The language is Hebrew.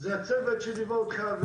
זה הצוות שליווה אותך.